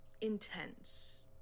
intense